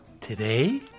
Today